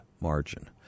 margin